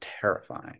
terrifying